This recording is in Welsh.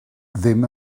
ddim